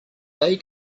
they